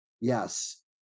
Yes